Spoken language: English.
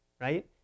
right